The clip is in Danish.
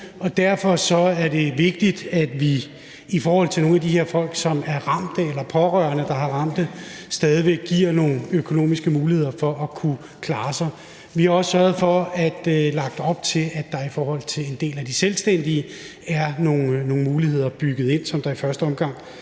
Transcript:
derfor er det vigtigt, at vi i forhold til nogle af de her folk, som er ramte, eller har pårørende, der er ramte, stadig væk giver nogle økonomiske muligheder for at kunne klare sig. Vi har også sørget for og lagt op til, at der i forhold til en del af de selvstændige er nogle muligheder bygget ind, som i første omgang